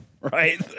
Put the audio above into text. right